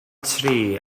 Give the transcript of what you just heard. tri